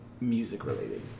music-related